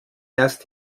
erst